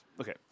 okay